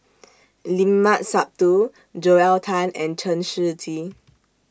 Limat Sabtu Joel Tan and Chen Shiji